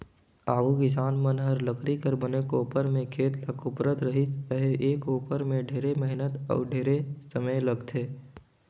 आघु किसान मन हर लकरी कर बने कोपर में खेत ल कोपरत रिहिस अहे, ए कोपर में ढेरे मेहनत अउ ढेरे समे लगथे